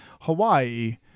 Hawaii